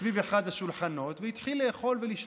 סביב אחד השולחנות והתחיל לאכול ולשתות.